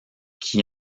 qui